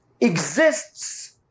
exists